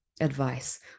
advice